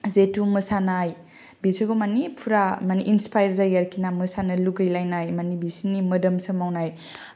जेथु मोसानाय बेसोरखौ मानि फुरा इनसफायार जायो आरखि ना मोसानो लुगैलायनाय मानि बिसिनि मोदोम सोमावनाय